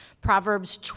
Proverbs